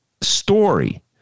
story